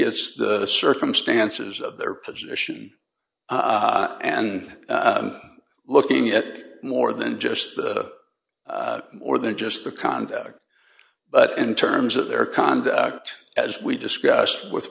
it's the circumstances of their position and looking at it more than just the more than just the conduct but in terms of their conduct as we discussed with